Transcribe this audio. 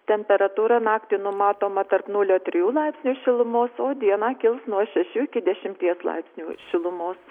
temperatūra naktį numatoma tarp nulio trijų laipsnių šilumos o dieną kils nuo šešių iki dešimties laipsnių šilumos